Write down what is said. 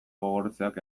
gogortzeak